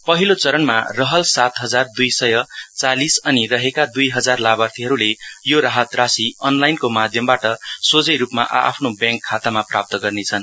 पहिलो चरणमा रहल सात हजार दुई सय चालीस अनि रहेका दुई हजार लाभार्थीहरुले यो राहत राशी अनलाईनको माध्यमबाट सोझै रुपमा आ आफ्नो ब्याङका खातामा प्राप्त गर्नेछन्